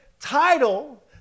title